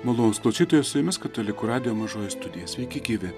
malonūs klausytojai su jumis katalikų radijo mažoji studija sveiki gyvi